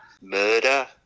murder